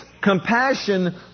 compassion